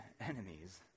enemies